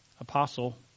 apostle